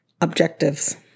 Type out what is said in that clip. objectives